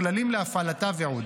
הכללים להפעלתה ועוד.